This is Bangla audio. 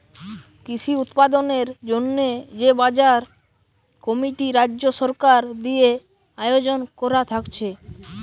কৃষি উৎপাদনের জন্যে যে বাজার কমিটি রাজ্য সরকার দিয়ে আয়জন কোরা থাকছে